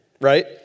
right